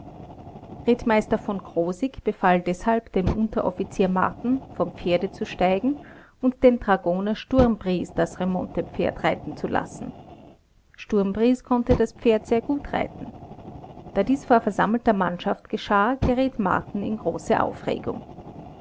rittmeister v krosigk befahl deshalb dem unteroffizier marten vom pferde zu steigen und den dragoner stumbries das remontepferd reiten zu lassen stumbries konnte das pferd sehr gut reiten da dies vor versammelter mannschaft geschah geriet marten in große aufregung